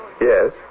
Yes